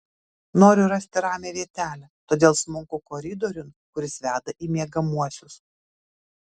noriu rasti ramią vietelę todėl smunku koridoriun kuris veda į miegamuosius